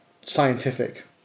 scientific